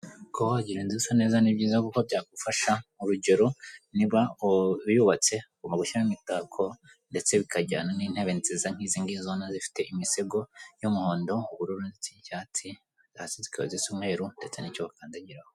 Kuba wagira inzu isa neza ni byiza kuko byagufasha, urugero niba uyubatse ugomba gushyiramo imitako ndetse bikajyana n'intebe nziza nk'izi ngizi ubona zifite imisego y'umuhondo, ubururu ndetse n'icyatsi, hasi zikaba zisa umweru ndetse n'icyo bakandagiraho.